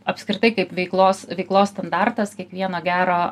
apskritai kaip veiklos veiklos standartas kiekvieną gerą